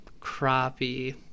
crappie